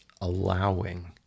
allowing